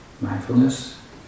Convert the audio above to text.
mindfulness